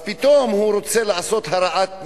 אז פתאום הוא רוצה לעשות הרעת תנאים.